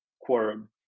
quorum